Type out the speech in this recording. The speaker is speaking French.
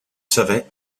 savais